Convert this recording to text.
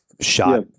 shot